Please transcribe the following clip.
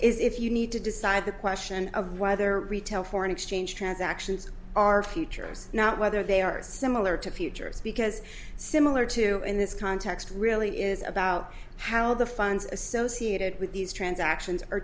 if you need to decide the question of whether retail foreign exchange transactions are futures not whether they are similar to futures because similar to in this context really is about how the funds associated with these transactions are